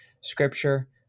scripture